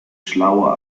schlauer